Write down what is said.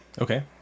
Okay